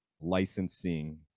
licensing